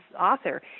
author